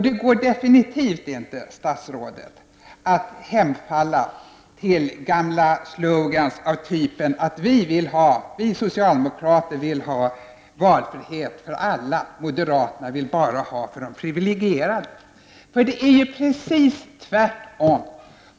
Det går definitivt inte, statsrådet, att hemfalla till gamla slogans av typen ”Vi socialdemokrater vill ha valfrihet för alla, moderaterna vill bara ha det för de privilegierade”, för det är precis tvärtom.